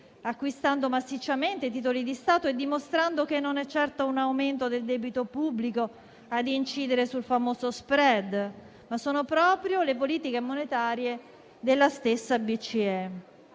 acquistando massicciamente titoli di Stato e dimostrando che non è certo un aumento del debito pubblico a incidere sul famoso *spread*, ma sono proprio le politiche monetarie della stessa BCE.